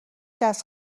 دست